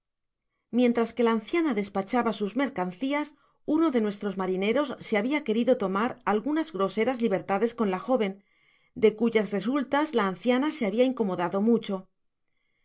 mientras que la anciana despachaba sus mercancias uno de nuestros marineros se habia querido tomar algunas groseras libertades con la jóven de cuyas resultas la anciana se habia incomodado mucho el